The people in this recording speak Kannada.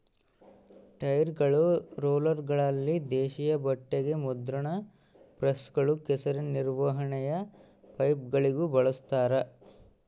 ಟೈರ್ಗಳು ರೋಲರ್ಗಳಲ್ಲಿ ದೇಶೀಯ ಬಟ್ಟೆಗ ಮುದ್ರಣ ಪ್ರೆಸ್ಗಳು ಕೆಸರಿನ ನಿರ್ವಹಣೆಯ ಪೈಪ್ಗಳಿಗೂ ಬಳಸ್ತಾರ